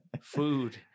food